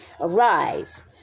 Arise